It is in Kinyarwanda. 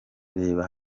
reba